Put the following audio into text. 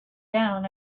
down